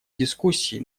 дискуссий